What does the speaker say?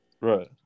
Right